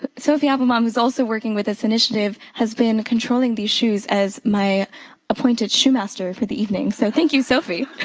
ah sophie applbaum, who's also working with this initiative, has been controlling these shoes as my appointed shoe master for the evening. so, thank you, sophie.